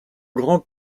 grand